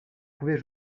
pouvait